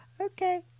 Okay